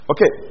Okay